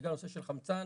בגלל נושא של חמצן,